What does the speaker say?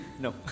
no